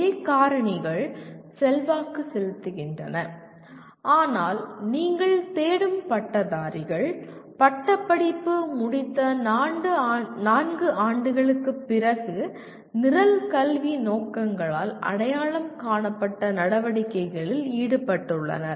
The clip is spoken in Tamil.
அதே காரணிகள் செல்வாக்கு செலுத்துகின்றன ஆனால் நீங்கள் தேடும் பட்டதாரிகள் பட்டப்படிப்பு முடித்த நான்கு ஆண்டுகளுக்குப் பிறகு நிரல் கல்வி நோக்கங்களால் அடையாளம் காணப்பட்ட நடவடிக்கைகளில் ஈடுபட்டுள்ளனர்